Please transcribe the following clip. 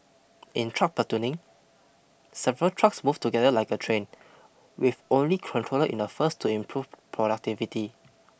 in truck platooning several trucks move together like a train with only controller in the first to improve productivity